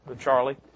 Charlie